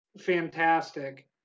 fantastic